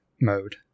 mode